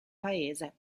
paese